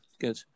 good